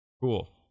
Cool